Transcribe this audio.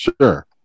Sure